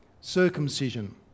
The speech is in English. circumcision